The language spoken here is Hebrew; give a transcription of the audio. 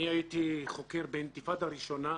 אני הייתי חוקר באינתיפאדה הראשונה,